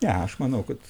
ne aš manau kad